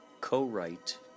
co-write